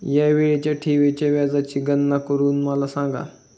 या वेळीच्या ठेवीच्या व्याजाची गणना करून मला सांगा